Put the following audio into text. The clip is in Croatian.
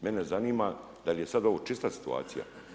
Mene zanima, da li je sad ovo čista situacija?